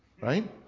Right